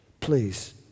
Please